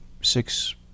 six